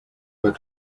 were